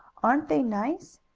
aren't they nice?